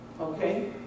Okay